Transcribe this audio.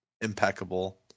impeccable